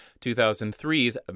2003's